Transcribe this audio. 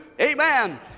amen